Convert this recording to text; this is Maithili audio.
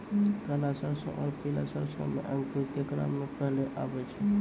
काला सरसो और पीला सरसो मे अंकुर केकरा मे पहले आबै छै?